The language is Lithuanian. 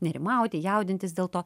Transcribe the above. nerimauti jaudintis dėl to